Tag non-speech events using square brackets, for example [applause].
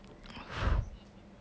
[breath]